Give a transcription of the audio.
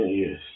yes